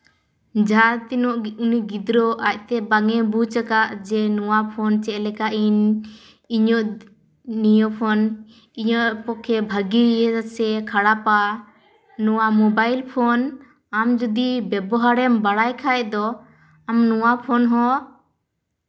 ᱡᱟᱦᱟᱸ ᱛᱤᱱᱟᱹᱜ ᱩᱱᱤ ᱜᱤᱫᱽᱨᱟᱹ ᱟᱡᱛᱮ ᱵᱟᱝ ᱮ ᱵᱩᱡᱽ ᱟᱠᱟᱫ ᱡᱮ ᱱᱚᱣᱟ ᱯᱷᱳᱱ ᱪᱮᱫ ᱞᱮᱠᱟ ᱤᱧ ᱤᱧᱟᱹᱜ ᱱᱤᱭᱟᱹ ᱯᱷᱳᱱ ᱤᱧᱟᱹᱜ ᱯᱚᱠᱠᱷᱮ ᱵᱷᱟᱜᱮ ᱜᱮᱭᱟ ᱥᱮ ᱠᱷᱟᱨᱟᱯᱟ ᱱᱚᱣᱟ ᱢᱳᱵᱟᱭᱤᱞ ᱯᱷᱳᱱ ᱟᱢ ᱡᱩᱫᱤ ᱵᱮᱵᱚᱦᱟᱨᱮᱢ ᱵᱟᱲᱟᱭ ᱠᱷᱟᱱ ᱫᱚ ᱟᱢ ᱱᱚᱣᱟ ᱯᱷᱳᱱ ᱦᱚᱸ